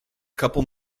couple